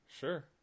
sure